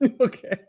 okay